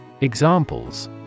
Examples